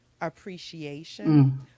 appreciation